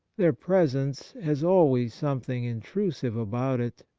their presence has always something intrusive about it.